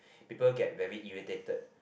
people get very irritated